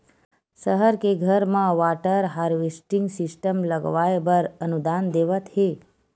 सहर के घर म वाटर हारवेस्टिंग सिस्टम लगवाए बर अनुदान देवत हे